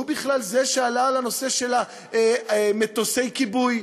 בכלל זה שעלה על הנושא של מטוסי הכיבוי.